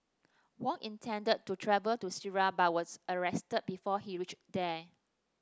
Wang intended to travell to Syria but was arrested before he reached there